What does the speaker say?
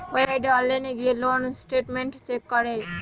ওয়েবসাইটে অনলাইন গিয়ে loan statement check করে